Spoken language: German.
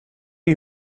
die